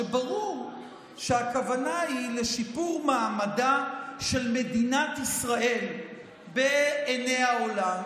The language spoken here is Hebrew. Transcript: שברור שהכוונה היא לשיפור מעמדה של מדינת ישראל בעיני העולם,